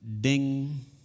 ding